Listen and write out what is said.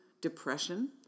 depression